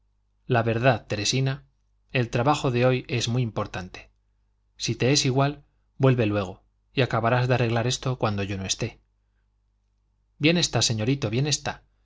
la criada la verdad teresina el trabajo de hoy es muy importante si te es igual vuelve luego y acabarás de arreglar esto cuando yo no esté bien está señorito